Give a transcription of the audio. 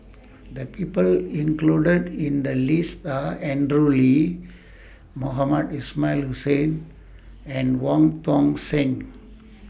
The People included in The lists Are Andrew Lee Mohamed Ismail Hussain and Wong Tuang Seng